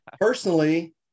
personally